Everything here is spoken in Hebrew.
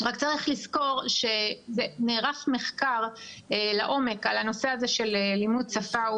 נערך מחקר לעומק על הנושא הזה של לימוד שפה,